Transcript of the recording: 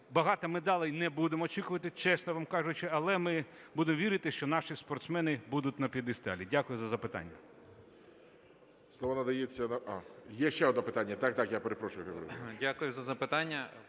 багато медалей не будемо очікувати, чесно вам кажу, але ми будемо вірити, що наші спортсмени будуть на п'єдесталі. Дякую за запитання.